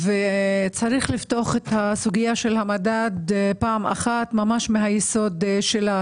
וצריך לפתור את הסוגייה של המדד פעם אחת ממש מהיסוד שלה.